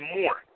more